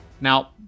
Now